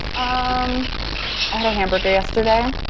um i had a hamburger yesterday.